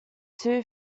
two